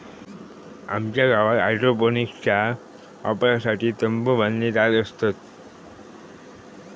आमच्या गावात हायड्रोपोनिक्सच्या वापरासाठी तंबु बांधले जात असत